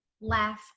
laugh